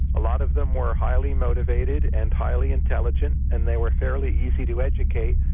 a lot of them were highly motivated and highly intelligent and they were fairly easy to educate.